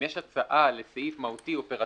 אם יש הצעה לסעיף מהותי אופרטיבי